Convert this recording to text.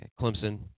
Clemson